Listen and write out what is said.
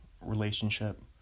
relationship